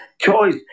choice